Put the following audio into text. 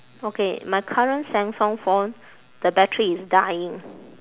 okay my current samsung phone the battery is dying